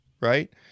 right